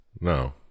No